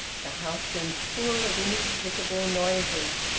the house seemed full of inexplicable noises.